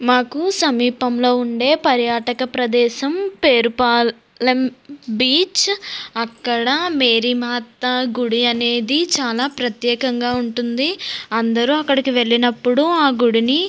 మాకు సమీపంలో ఉండే పర్యాటక ప్రదేశం పేరుపాలెం బీచ్ అక్కడ మేరీ మాత గుడి అనేది చాలా ప్రత్యేకంగా ఉంటుంది అందరూ అక్కడికి వెళ్ళినప్పుడు ఆ గుడిని